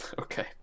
okay